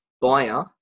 buyer